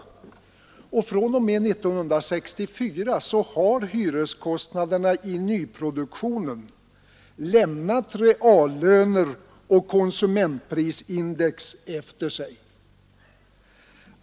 Från och med 1964 har hyreskostnaderna i nyproduktionen lämnat reallöner och konsumentprisindex efter sig.